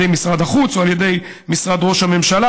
משרד החוץ או על ידי משרד ראש הממשלה,